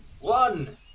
one